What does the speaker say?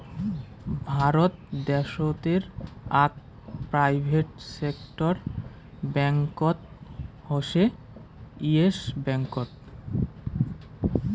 ভারত দ্যাশোতের আক private sector ব্যাঙ্কত হসে ইয়েস ব্যাঙ্কত